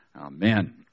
Amen